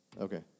Okay